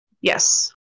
Yes